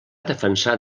defensar